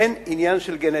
אין עניין של גנטיקה,